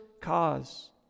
cause